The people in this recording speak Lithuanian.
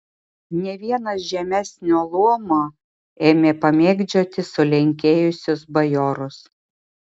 ne vienas žemesnio luomo ėmė pamėgdžioti sulenkėjusius bajorus